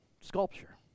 sculpture